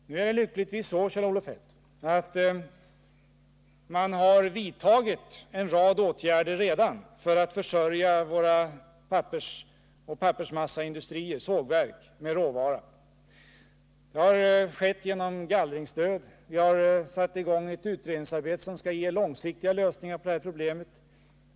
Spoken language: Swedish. Nu är det lyckligtvis så, Kjell-Olof Feldt, att en rad åtgärder redan har vidtagits i syfte att försörja våra pappersmasseindustrier och sågverk med råvara. Vi har ju infört gallringsstödet. Vi har också satt i gång ett utredningsarbete som syftar till att ge långsiktiga lösningar på problemet.